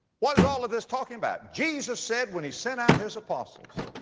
what is all of this talking about? jesus said when he sent out his apostles,